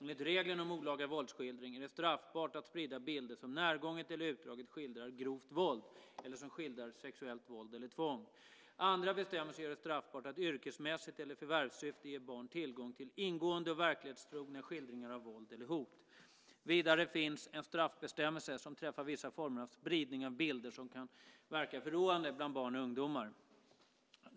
Enligt reglerna om olaga våldsskildring är det straffbart att sprida bilder som närgånget eller utdraget skildrar grovt våld eller som skildrar sexuellt våld eller tvång. Andra bestämmelser gör det straffbart att yrkesmässigt eller i förvärvssyfte ge barn tillgång till ingående och verklighetstrogna skildringar av våld eller hot. Vidare finns det en straffbestämmelse som träffar vissa former av spridning av bilder som kan verka förråande bland barn och ungdomar.